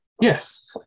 Yes